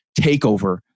takeover